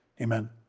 Amen